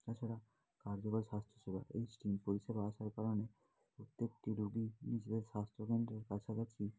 তাছাড়া কার্যকর স্বাস্থ্যসেবা এই স্টেম পরিষেবা আসার কারণে প্রত্যেকটি রোগী নিজেদের স্বাস্থ্যকেন্দ্রের কাছাকাছি